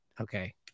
okay